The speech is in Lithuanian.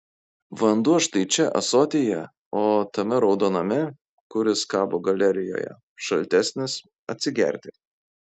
vanduo štai čia ąsotyje o tame raudoname kuris kabo galerijoje šaltesnis atsigerti